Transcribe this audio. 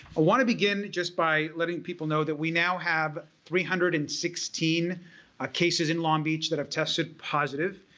ah want to begin just by letting people know that we now have three hundred and sixteen ah cases in long beach that have tested positive.